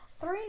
three